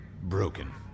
Broken